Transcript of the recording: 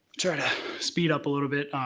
try to speed up a little bit.